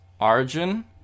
arjun